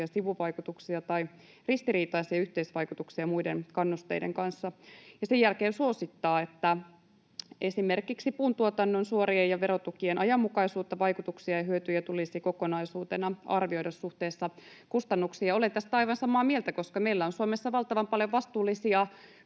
sivuvaikutuksia tai ristiriitaisia yhteisvaikutuksia muiden kannusteiden kanssa.” Sen jälkeen se suosittaa, että esimerkiksi puuntuotannon suorien ja verotukien ajanmukaisuutta, vaikutuksia ja hyötyjä tulisi kokonaisuutena arvioida suhteessa kustannuksiin. Olen tästä aivan samaa mieltä, koska meillä on Suomessa valtavan paljon vastuullisia,